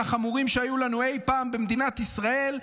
החמורים שהיו לנו אי פעם במדינת ישראל,